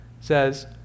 says